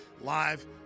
live